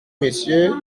monsieur